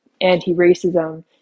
anti-racism